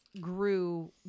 grew